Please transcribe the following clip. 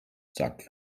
sagt